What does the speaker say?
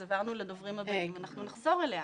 אז עברנו לדוברים הבאים ואנחנו נחזור אליה,